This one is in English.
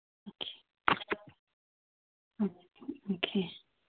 okay